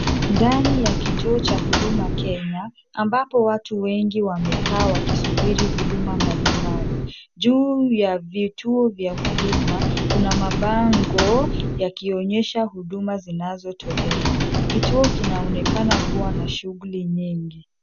Ndani ya kituo cha huduma Kenya ambapo watu wengi wamekaa wakisubiri huduma mbalibali. Juu ya vituo vya huduma kuna mabango yakionyesha huduma zinazotolewa. Kituo kinaonekana kua na shughli nyingi.